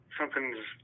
something's